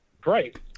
great